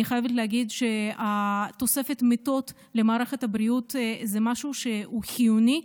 אני חייבת להגיד שתוספת המיטות למערכת הבריאות זה משהו חיוני,